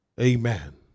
Amen